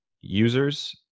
users